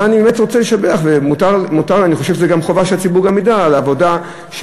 אבל אני רוצה לשבח, וחובה שגם הציבור ידע זאת,